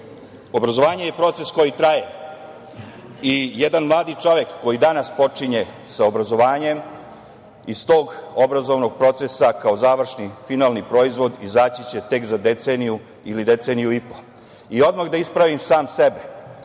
obrazovanje je proces koji traje i jedan mladi čovek koji danas počinje sa obrazovanjem iz tog obrazovnog procesa kao završni, finalni proizvod izaći će tek za deceniju ili deceniju i po. Odmah da ispravim sam sebe.